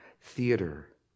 theater